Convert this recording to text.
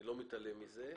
אני לא מתעלם מזה,